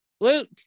Luke